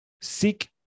seek